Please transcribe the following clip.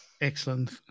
Excellent